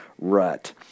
rut